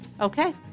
Okay